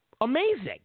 amazing